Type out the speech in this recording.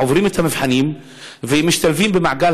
הם עוברים את המבחנים ומשתלבים במעגל